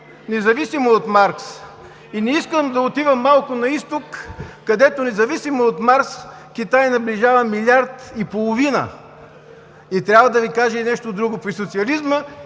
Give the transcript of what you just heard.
независимо от Маркс – и не искам да отивам малко на Изток, където независимо от Маркс, Китай наближава милиард и половина. Трябва да Ви кажа и нещо друго. При социализма